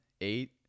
Eight